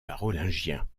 carolingiens